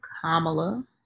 Kamala